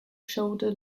shoulder